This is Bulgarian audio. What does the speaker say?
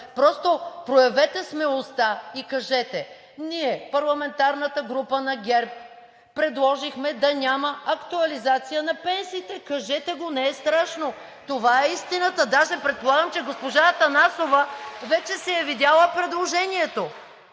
Просто проявете смелост и кажете: ние, парламентарната група на ГЕРБ, предложихме да няма актуализация на пенсиите. Кажете го, не е страшно! Това е истината, а даже предполагам, че госпожа Атанасова вече си е видяла предложението.